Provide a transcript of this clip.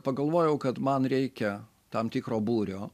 pagalvojau kad man reikia tam tikro būrio